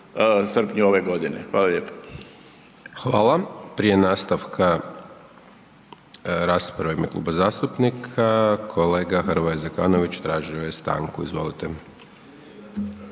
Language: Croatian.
Dončić, Siniša (SDP)** Hvala. Prije nastavka rasprave u ime kluba zastupnika kolega Hrvoje Zekanović tražio je stanku. Izvolite.